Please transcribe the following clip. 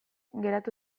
geratu